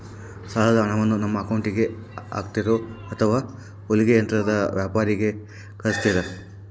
ಸಾಲದ ಹಣವನ್ನು ನಮ್ಮ ಅಕೌಂಟಿಗೆ ಹಾಕ್ತಿರೋ ಅಥವಾ ಹೊಲಿಗೆ ಯಂತ್ರದ ವ್ಯಾಪಾರಿಗೆ ಕಳಿಸ್ತಿರಾ?